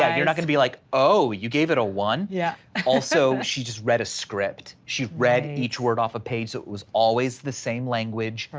you're not gonna be like, oh, you gave it a one? yeah also, she just read a script, she read each word off a page. so it was always the same language.